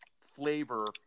flavor